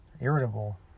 Irritable